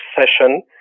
session